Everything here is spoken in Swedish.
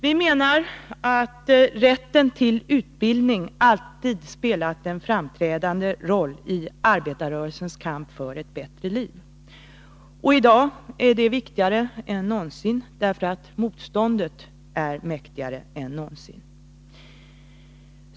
Vi menar att rätten till utbildning alltid spelat en avgörande roll i arbetarrörelsens kamp för ett bättre liv. I dag är detta viktigare än tidigare, därför att motståndet är mäktigare än någonsin.